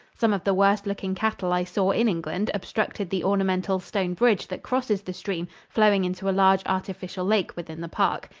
some of the worst looking cattle i saw in england obstructed the ornamental stone bridge that crosses the stream flowing into a large artificial lake within the park.